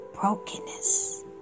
brokenness